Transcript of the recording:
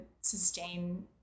sustain